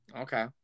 Okay